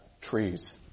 Trees